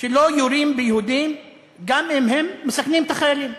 שלא יורים ביהודים גם אם הם מסכנים את החיילים.